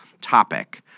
topic